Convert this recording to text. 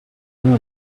dream